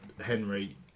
Henry